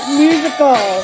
musical